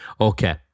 Okay